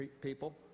people